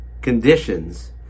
conditions